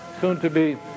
soon-to-be